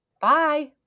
Bye